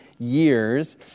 years